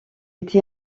été